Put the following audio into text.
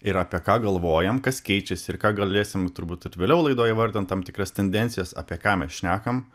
ir apie ką galvojam kas keičiasi ir ką galėsim turbūt ir vėliau laidoj įvardinam tam tikras tendencijas apie ką mes šnekam